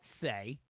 say